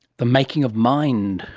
the making of mind.